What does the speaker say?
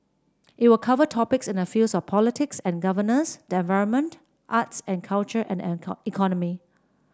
it will cover topics in the fields of politics and governance the environment arts and culture and the economy